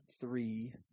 three